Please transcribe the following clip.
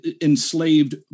enslaved